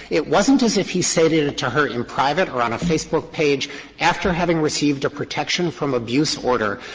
it wasn't as if he stated it to her in private or on a facebook page after having received a protection from abuse order.